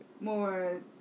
More